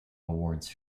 awards